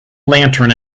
lantern